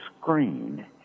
screen